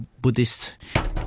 Buddhist